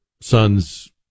son's